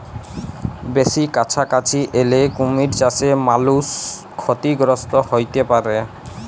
বেসি কাছাকাছি এলে কুমির চাসে মালুষ ক্ষতিগ্রস্ত হ্যতে পারে